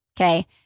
Okay